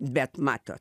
bet mato